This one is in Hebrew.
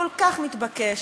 כל כך מתבקש,